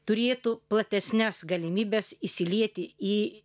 turėtų platesnes galimybes įsilieti į